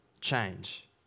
change